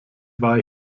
war